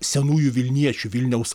senųjų vilniečių vilniaus